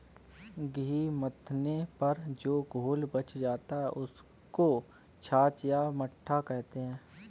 घी मथने पर जो घोल बच जाता है, उसको छाछ या मट्ठा कहते हैं